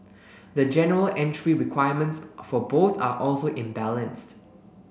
the general entry requirements for both are also imbalanced